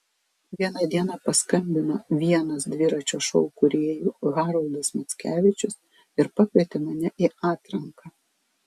vieną dieną paskambino vienas dviračio šou kūrėjų haroldas mackevičius ir pakvietė mane į atranką